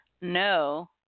No